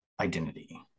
Identity